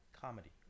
comedy